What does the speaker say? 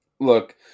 look